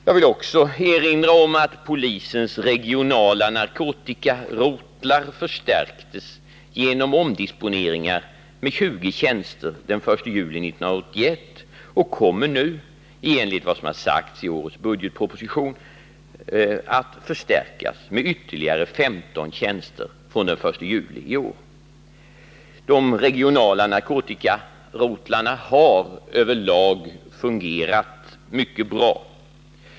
Jag vill också erinra om att polisens regionala narkotikarotlar förstärktes genom omdisponeringar med 20 tjänster den 1 juli 1981 och nu, i enlighet med vad som sagts i årets budgetproposition, kommer att förstärkas med ytterligare 15 tjänster från den 1 juli i år. De regionala narkotikarotlarna har över lag fungerat mycket bra.